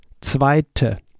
zweite